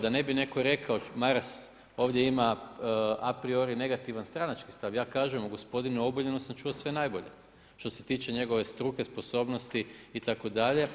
Da ne bi netko rekao Maras ovdje ima apriori negativni stranački stav, ja kažem o gospodinu Obuljenu sam čuo sve najbolje što se tiče njegove struke, sposobnosti itd.